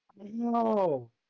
No